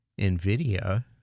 NVIDIA